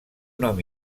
nom